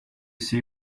see